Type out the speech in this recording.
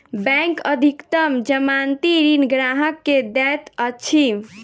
bank अधिकतम जमानती ऋण ग्राहक के दैत अछि